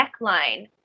neckline